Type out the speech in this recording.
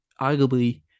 arguably